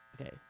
Okay